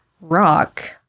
rock